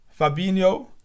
Fabinho